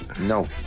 No